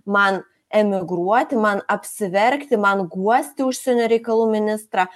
man emigruoti man apsiverkti man guosti užsienio reikalų ministrą